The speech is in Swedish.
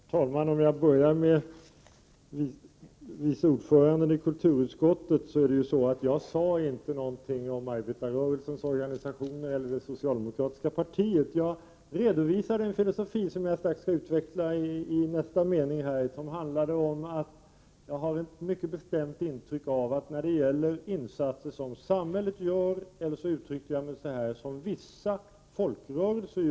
Herr talman! För att börja replikera på vad vice ordföranden i kulturutskottet sade, vill jag påpeka att jag inte i mitt inlägg sade någonting om arbetarrörelsens organisationer eller det socialdemokratiska partiet. Jag redovisade en filosofi som jag skall utveckla i nästa mening. Den filosofin handlade om att jag har ett mycket bestämt intryck av att insatser som samhället gör — eller som vissa folkrörelser gör — spontant får stöd i utskottet Prot.